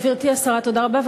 גברתי השרה, תודה רבה.